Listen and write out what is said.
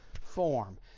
form